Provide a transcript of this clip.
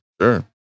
Sure